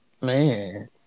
Man